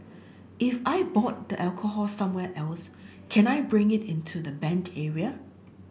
if I bought the alcohol somewhere else can I bring it into the banned area